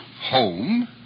Home